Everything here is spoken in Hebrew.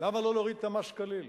למה לא להוריד את המס כליל?